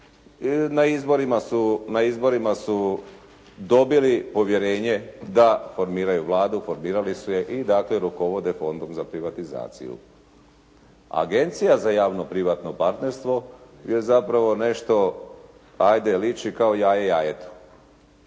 na izborima su dobili povjerenje da formiraju Vladu, formirali su je i dakle rukovode Fondom za privatizaciju. Agencija za javno-privatno partnerstvo je zapravo nešto, ajde liči kao jaje jajetu.